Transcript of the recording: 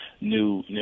new